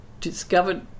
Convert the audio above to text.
discovered